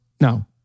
no